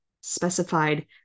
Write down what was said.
specified